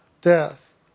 death